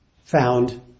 found